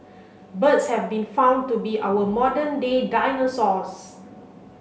birds have been found to be our modern day dinosaurs